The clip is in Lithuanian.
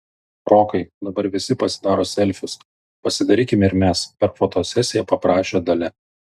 rokai dabar visi pasidaro selfius pasidarykime ir mes per fotosesiją paprašė dalia